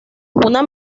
una